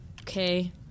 Okay